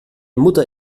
mutter